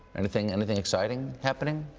anything anything exciting happening?